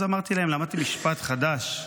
אז אמרתי להם, למדתי משפט חדש,